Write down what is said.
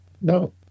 No